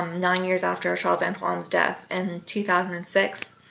um nine years after charles antoine's death, in two thousand and six,